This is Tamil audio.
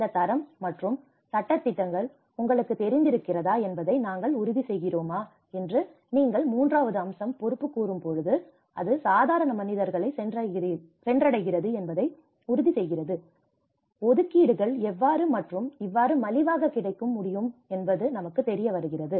இந்த தரம் மற்றும் சட்டதிட்டங்கள் உங்களுக்குத் தெரிந்திருக்கிறதா என்பதை நாங்கள் உறுதிசெய்கிறோமா என்று நீங்கள் மூன்றாவது அம்சம் பொறுப்புக்கூறும் போது அது சாதாரண மனிதர்களை சென்றடைகிறது என்பதை உறுதிசெய்கிறது ஒதுக்கீடுகள் எவ்வாறு மற்றும் இவ்வாறு மலிவாக கிடைக்க முடியும் என்பதும் நமக்கு தெரியவருகிறது